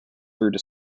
through